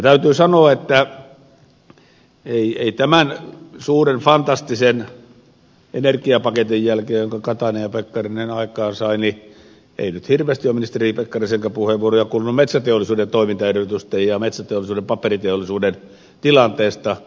täytyy sanoa että ei tämän suuren fantastisen energiapaketin jälkeen jonka katainen ja pekkarinen aikaansaivat hirveästi ole ministeri pekkarisenkaan puheenvuoroja kuulunut metsäteollisuuden toimintaedellytysten ja metsäteollisuuden paperiteollisuuden tilanteesta